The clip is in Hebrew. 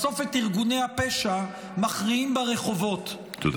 בסוף את ארגוני הפשע מכריעים ברחובות -- תודה.